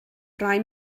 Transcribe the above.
rai